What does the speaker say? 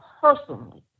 personally